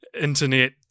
internet